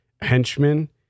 henchmen